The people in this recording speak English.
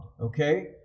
okay